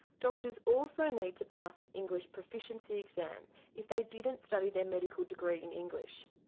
doctors also need to pass an english proficiency exam if they didn't study their medical degree in english.